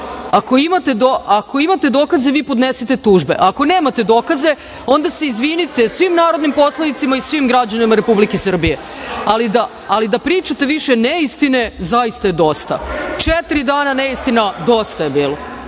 imate dokaze vi podnesite tužbe. Ako nemate dokaze, onda se izvinite svim narodnim poslanicima i svim građanima Republike Srbije. Ali, da pričate više neistine zaista je dosta. Četiri dana neistina. Dosta je